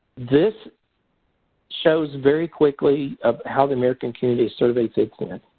this shows very quickly ah how the american community survey sits here.